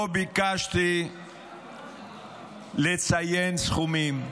לא ביקשתי לציין סכומים,